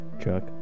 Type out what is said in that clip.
chuck